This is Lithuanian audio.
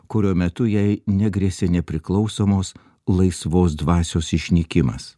kurio metu jai negrėsė nepriklausomos laisvos dvasios išnykimas